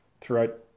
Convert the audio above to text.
throughout